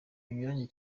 binyuranye